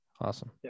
Awesome